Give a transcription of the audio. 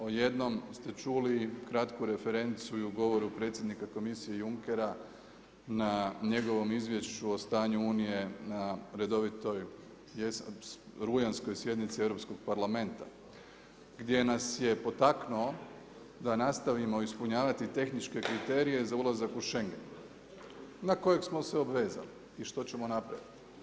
O jednom ste čuli, kratku referencu i u govoru predsjednika komisije Junckera, na njegovom izvješću o stanju unije na redovitoj rujanskoj sjednici Europskog parlamenta gdje nas je potaknuo da nastavimo ispunjavati tehničke kriterija za ulazak u Schengen na kojeg smo se obvezali i što ćemo napraviti.